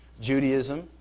Judaism